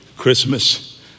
Christmas